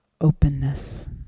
openness